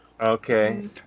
Okay